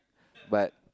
but